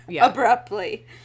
abruptly